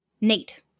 Nate